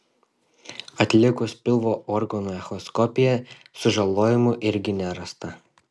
atlikus pilvo organų echoskopiją sužalojimų irgi nerasta